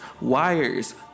wires